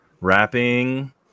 wrapping